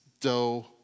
dough